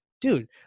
dude